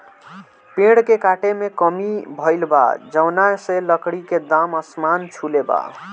पेड़ के काटे में कमी भइल बा, जवना से लकड़ी के दाम आसमान छुले बा